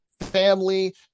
family